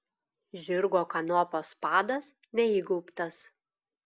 žirgo kanopos padas neįgaubtas